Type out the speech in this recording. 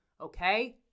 Okay